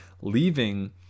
leaving